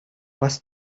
бас